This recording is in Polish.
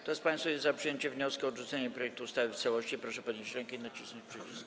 Kto z państwa jest za przyjęciem wniosku o odrzucenie projektu ustawy w całości, proszę podnieść rękę i nacisnąć przycisk.